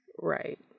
Right